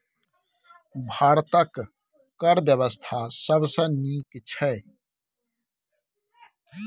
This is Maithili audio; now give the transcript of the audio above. भारतक कर बेबस्था सबसँ नीक छै